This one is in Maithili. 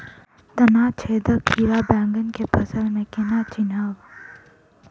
तना छेदक कीड़ा बैंगन केँ फसल म केना चिनहब?